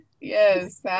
Yes